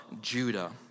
Judah